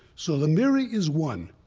so the mirror is one,